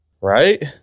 Right